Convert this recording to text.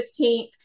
15th